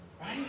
Right